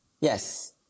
Yes